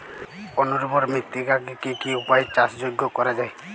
অনুর্বর মৃত্তিকাকে কি কি উপায়ে চাষযোগ্য করা যায়?